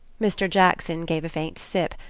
mr. jackson gave a faint sip,